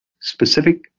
specific